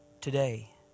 today